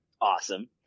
awesome